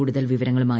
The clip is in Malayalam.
കൂടതൽ വിവരങ്ങളുമായി